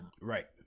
Right